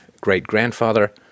great-grandfather